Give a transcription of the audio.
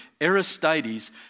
Aristides